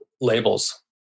labels